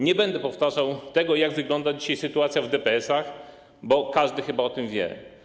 Nie będę powtarzał tego, jak wygląda dzisiaj sytuacja w DPS-ach, bo każdy chyba o tym wie.